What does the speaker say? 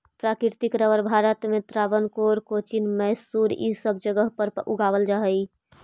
प्राकृतिक रबर भारत में त्रावणकोर, कोचीन, मैसूर इ सब जगह पर उगावल जा हई